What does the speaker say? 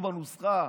חשובה הנוסחה.